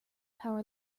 power